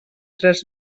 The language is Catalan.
tres